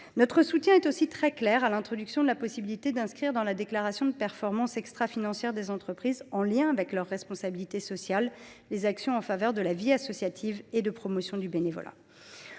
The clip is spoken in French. Nous soutenons aussi très clairement l’introduction de la possibilité d’inscrire dans la déclaration de performance extrafinancière des entreprises, en lien avec leur responsabilité sociale, les actions en faveur de la vie associative et de la promotion du bénévolat.